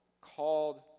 called